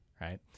right